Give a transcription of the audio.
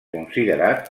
considerat